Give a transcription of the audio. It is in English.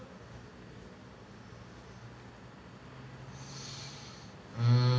mm